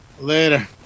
Later